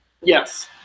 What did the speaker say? Yes